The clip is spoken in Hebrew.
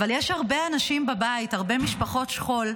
אבל יש הרבה אנשים בבית, הרבה משפחות שכול,